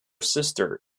sister